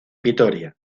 vitoria